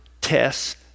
tests